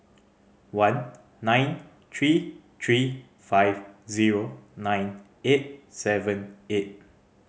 one nine three three five zero nine eight seven eight